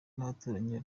n’abaturanyi